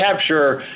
capture